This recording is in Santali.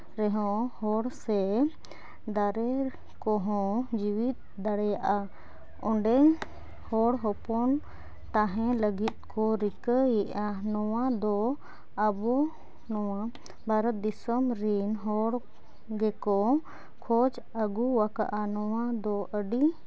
ᱨᱮᱦᱚᱸ ᱦᱚᱲ ᱥᱮ ᱫᱟᱨᱮ ᱠᱚᱦᱚᱸ ᱡᱤᱣᱮᱫ ᱫᱟᱲᱮᱭᱟᱜᱼᱟ ᱚᱸᱰᱮ ᱦᱚᱲ ᱦᱚᱯᱚᱱ ᱛᱟᱦᱮᱸ ᱞᱟᱹᱜᱤᱫ ᱠᱚ ᱨᱤᱠᱟᱹᱭᱮᱫᱼᱟ ᱱᱚᱣᱟ ᱫᱚ ᱟᱵᱚ ᱱᱚᱣᱟ ᱵᱷᱟᱨᱚᱛ ᱫᱤᱥᱚᱢ ᱨᱮᱱ ᱦᱚᱲ ᱜᱮᱠᱚ ᱠᱷᱚᱡᱽ ᱟᱹᱜᱩᱣᱟᱠᱟᱜᱼᱟ ᱱᱚᱣᱟ ᱫᱚ ᱟᱹᱰᱤ